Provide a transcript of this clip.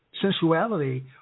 sensuality